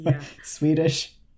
Swedish